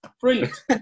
Brilliant